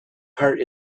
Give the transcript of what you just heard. heart